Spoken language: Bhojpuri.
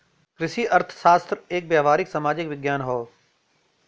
कृषि अर्थशास्त्र एक व्यावहारिक सामाजिक विज्ञान हौ